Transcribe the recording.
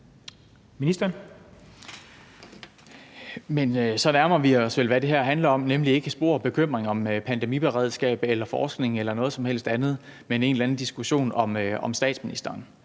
så nærmer vi os vel, hvad det her handler om, nemlig ikke spor bekymring om pandemiberedskab, forskning eller noget som helst andet, men en eller anden diskussion om statsministeren